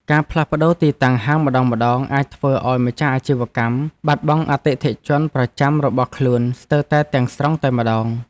ការផ្លាស់ប្តូរទីតាំងហាងម្ដងៗអាចធ្វើឱ្យម្ចាស់អាជីវកម្មបាត់បង់អតិថិជនប្រចាំរបស់ខ្លួនស្ទើរតែទាំងស្រុងតែម្ដង។